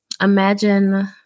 imagine